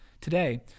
Today